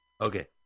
okay